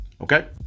Okay